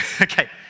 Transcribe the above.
Okay